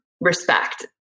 respect